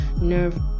nerve